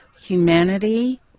humanity